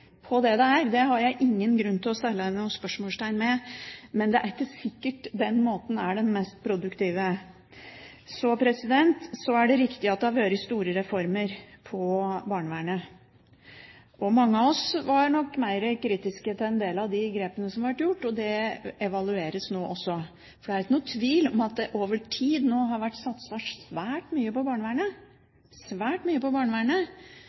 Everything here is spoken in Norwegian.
på engasjementet for det det er, det har jeg ingen grunn til å stille noen spørsmål ved. Men det er ikke sikkert den måten er den mest produktive. Så er det riktig at det har vært store reformer i barnevernet, og mange av oss var nok mer kritiske til en del av de grepene som ble gjort. De evalueres nå. Det er ingen tvil om at det over tid har vært satset svært mye på